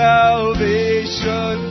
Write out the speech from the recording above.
salvation